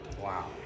Wow